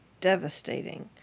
devastating